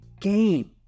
game